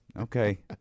Okay